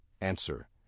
Answer